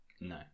no